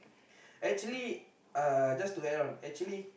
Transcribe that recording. actually uh just to end off actually